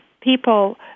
People